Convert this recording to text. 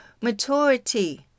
maturity